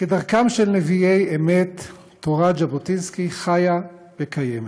כדרכם של נביאי אמת תורת ז'בוטינסקי חיה וקיימת,